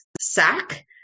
sack